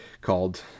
called